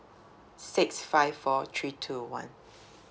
six five four three two one